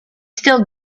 still